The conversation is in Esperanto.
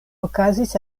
okazis